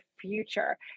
future